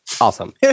Awesome